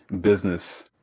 business